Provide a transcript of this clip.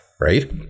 Right